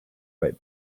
right